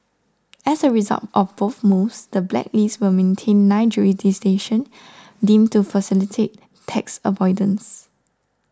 as a result of both moves the blacklist would maintain nine jurisdictions deemed to facilitate tax avoidance